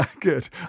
Good